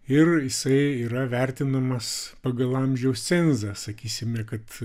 ir jisai yra vertinamas pagal amžiaus cenzą sakysime kad